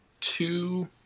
two